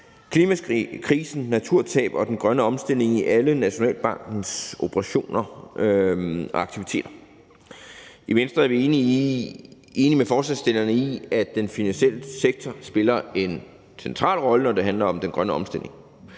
klimakrisen, naturtab og den grønne omstilling i alle Nationalbankens operationer og aktiviteter. I Venstre er vi enige med forslagsstillerne i, at den finansielle sektor spiller en central rolle, når det handler om den grønne omstilling,